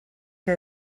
que